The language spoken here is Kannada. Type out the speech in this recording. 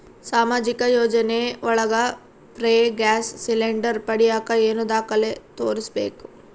ಸಾಮಾಜಿಕ ಯೋಜನೆ ಒಳಗ ಫ್ರೇ ಗ್ಯಾಸ್ ಸಿಲಿಂಡರ್ ಪಡಿಯಾಕ ಏನು ದಾಖಲೆ ತೋರಿಸ್ಬೇಕು?